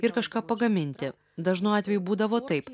ir kažką pagaminti dažnu atveju būdavo taip